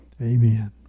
Amen